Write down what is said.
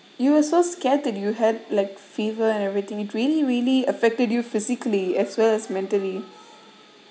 you also scared that you have like fever and everything it really really affected you physically as well as mentally